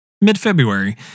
mid-February